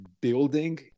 building